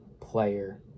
player